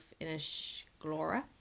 Inishglora